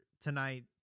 tonight